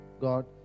God